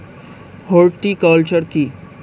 Horticulture কি?